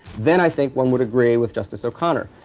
then i think one would agree with justice o'connor.